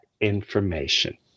information